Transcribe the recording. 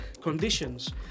conditions